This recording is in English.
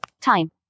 Time